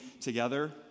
together